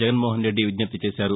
జగన్మోహన్రెడ్డి విజ్ఞప్తి చేశారు